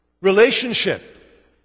relationship